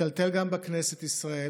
מטלטל גם בכנסת ישראל.